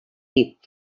leap